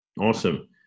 Awesome